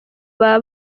baba